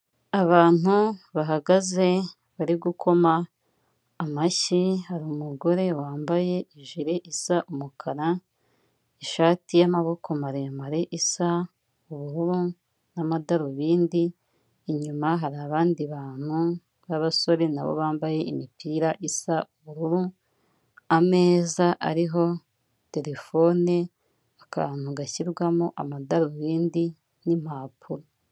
Abantu bahagaze bari gukoma amashyi, hari umugore wambaye ijire isa umukara ishati y'amaboko maremare isa ubururu n'amadarubindi, inyuma hari abandi bantu b'abasore na bo bambaye imipira isa ubururu, ameza ariho telefone, akantu gashyirwamo amadarubindi n'impapuro.